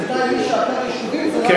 כי בינתיים מי שעקר יישובים זה רק,